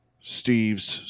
Steve's